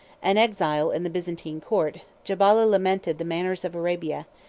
an exile in the byzantine court, jabalah lamented the manners of arabia,